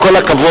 עם כל הכבוד,